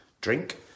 drink